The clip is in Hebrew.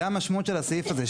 זה המשמעות של הסעיף הזה,